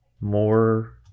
more